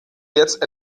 jetzt